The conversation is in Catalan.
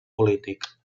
polític